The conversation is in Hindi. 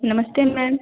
नमस्ते मैम